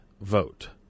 vote